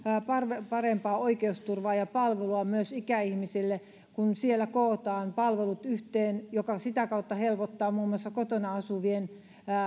parempaa parempaa oikeusturvaa ja palvelua myös ikäihmisille kun siellä kootaan palvelut yhteen mikä sitä kautta helpottaa muun muassa kotona asuvien